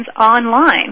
online